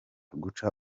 guca